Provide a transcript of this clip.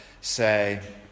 say